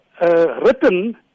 written